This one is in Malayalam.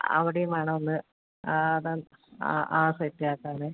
അവിടെയും വേണം ഒന്ന് ആ അത് ആ ആ സെറ്റ് ആക്കാം അല്ലേ